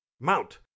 Mount